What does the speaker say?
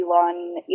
Elon